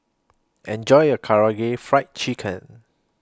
Enjoy your Karaage Fried Chicken